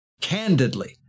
candidly